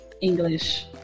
English